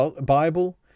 Bible